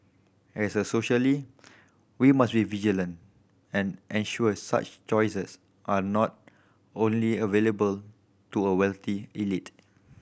as a socially we must be vigilant and ensure such choices are not only available to a wealthy elite